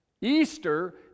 Easter